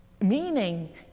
Meaning